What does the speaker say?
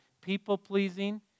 people-pleasing